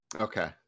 Okay